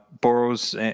borrows